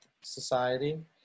society